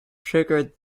triggered